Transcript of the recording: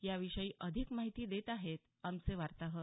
याविषयी अधिक माहिती देत आहेत आमचे वार्ताहर